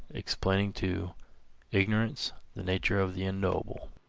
explaining to ignorance the nature of the unknowable.